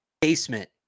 Basement